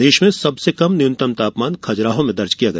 प्रदेश में सबसे कम न्यूनतम तापमान खुजराहो में दर्ज किया गया